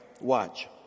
watch